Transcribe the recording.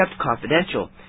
confidential